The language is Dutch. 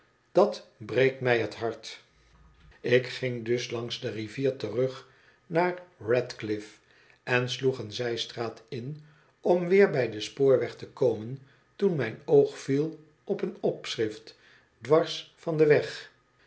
dat breekt mij het hart ik ging dus langs de rivier terug naar ratciiffe en sloeg een zijstraat in om weer bij den spoorweg te komen toen mijn oog viel op een opschrift dwars van den weg